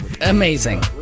Amazing